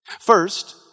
First